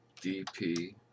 DP